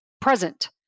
present